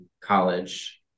college